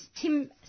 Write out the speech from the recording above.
Tim